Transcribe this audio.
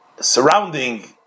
surrounding